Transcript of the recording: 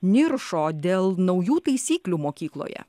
niršo dėl naujų taisyklių mokykloje